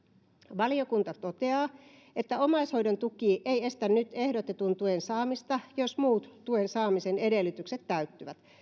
valiokunta toteaa että omaishoidon tuki ei estä nyt ehdotetun tuen saamista jos muut tuen saamisen edellytykset täyttyvät